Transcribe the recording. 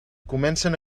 comencen